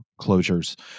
closures